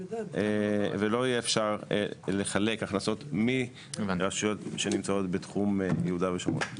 יהיה אפשר לחלק הכנסות מרשויות שנמצאות בתחום יהודה ושומרון.